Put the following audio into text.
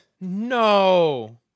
No